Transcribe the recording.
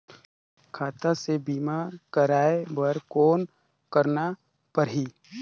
खाता से बीमा करवाय बर कौन करना परही?